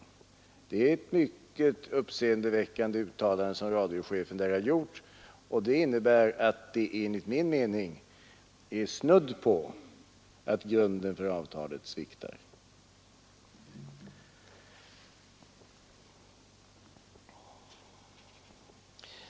Radiochefen har där gjort ett mycket uppseendeväckande uttalande, och det innebär att det enligt min mening är snudd på att grunden för avtalet sviktar.